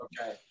okay